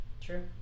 True